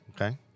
Okay